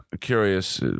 curious